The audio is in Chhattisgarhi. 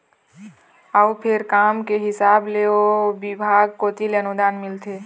अउ फेर काम के हिसाब ले ओ बिभाग कोती ले अनुदान मिलथे